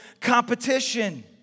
competition